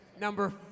number